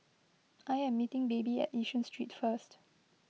I am meeting Baby at Yishun Street first